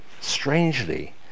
strangely